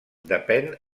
depèn